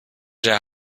der